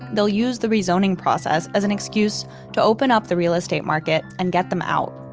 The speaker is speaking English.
they'll use the rezoning process as an excuse to open up the real estate market and get them out,